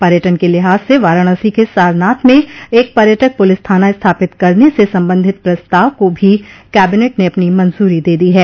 पर्यटन के लिहाज से वाराणसी के सारनाथ में एक पर्यटक पुलिस थाना स्थापित करने से संबंधित प्रस्ताव को भी कैबिनेट ने अपनी मंजूरी दे दी है